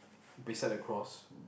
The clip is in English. beside the cross